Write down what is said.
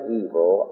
evil